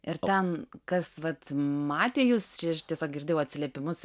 ir ten kas vat matė jus čia aš tiesiog girdėjau atsiliepimus